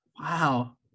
Wow